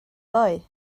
ddoe